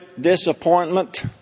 disappointment